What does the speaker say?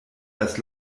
das